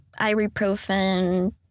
ibuprofen